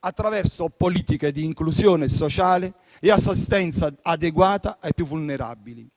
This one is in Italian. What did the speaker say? attraverso politiche di inclusione sociale e assistenza adeguata ai più vulnerabili.